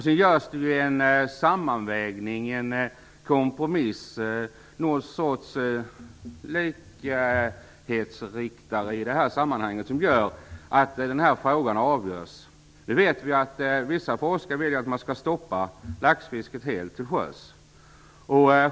Sedan görs det en sammanvägning, en kompromiss, någon sorts likriktare, så att frågan avgörs. Vissa forskare vill att laxfisket skall stoppas helt till sjöss.